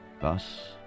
Thus